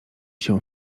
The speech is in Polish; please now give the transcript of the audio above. się